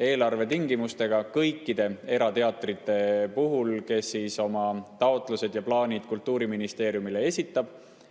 eelarve tingimustega kõikide erateatrite puhul, kes oma taotlused ja plaanid Kultuuriministeeriumile esitavad.